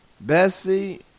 Bessie